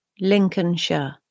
Lincolnshire